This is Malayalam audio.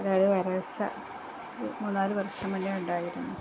അതായതുവരള്ച്ച മൂന്നുനാലു വര്ഷം മുന്നെ ഉണ്ടായിരുന്നു